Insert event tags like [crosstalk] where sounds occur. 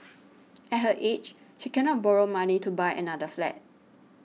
[noise] at her age she cannot borrow money to buy another flat